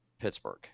Pittsburgh